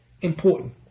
important